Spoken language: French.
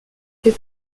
fait